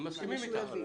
הם מסכימים איתך.